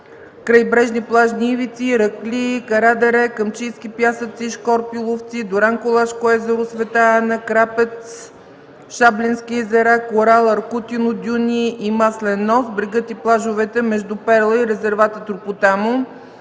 крайбрежни плажни ивици Иракли, Карадере, Камчийски пясъци – Шкорпиловци, Дуранкулашко езеро – Света Ана, Крапец, Шабленски езера, Корал, Аркутино, Дюни и Маслен нос (брегът и плажовете между „Перла” и резерват „Ропотамо”),